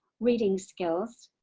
reading skills.